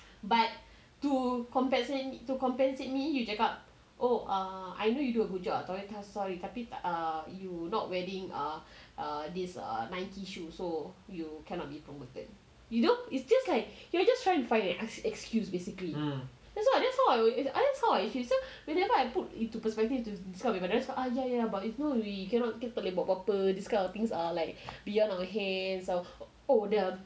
but to compensate me to compensate me you cakap oh err I know you do a good job tapi but sorry you not wearing uh err this err nike shoes so you cannot be promoted you know it's just like you are just trying to find a excuse basically that's what that's how I how I feel so whenever I put into perspective to this kind of people just ya ya but it's not kita tak boleh buat apa-apa this kind of things are like beyond our hands oh the